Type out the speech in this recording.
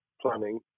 planning